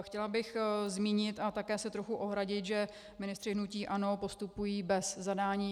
Chtěla bych zmínit a také se trochu ohradit, že ministři hnutí ANO postupují bez zadání.